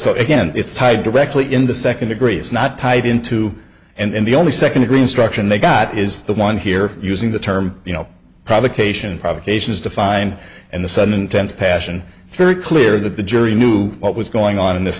again it's tied directly into second degrees not tied into and the only second degree instruction they got is the one here using the term you know provocation provocation is defined and the sudden intense passion it's very clear that the jury knew what was going on in this